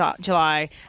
July